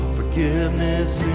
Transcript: Forgiveness